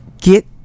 get